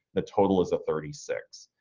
the total is a thirty six.